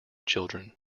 children